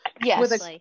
Yes